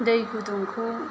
दै गुदुंखौ